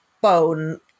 bone